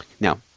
Now